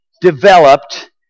developed